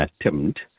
attempt